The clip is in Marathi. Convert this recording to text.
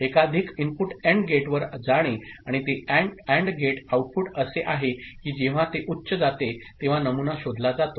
एकाधिक इनपुट AND गेटवर जाणे आणि ते AND गेट आउटपुट असे आहे की जेव्हा ते उच्च जाते तेव्हा नमुना शोधला जातो